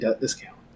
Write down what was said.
discount